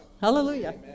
Hallelujah